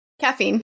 Caffeine